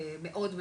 מאוד,